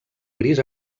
gris